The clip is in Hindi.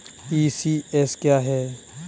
ई.सी.एस क्या है?